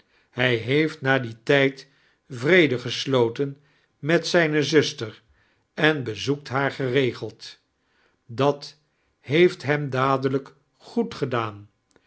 hij heeft na dien tijd wiede gesloten met zdjne zusteir en bezoekt haar geregeld dat heeft helm dadelijk goed gedaan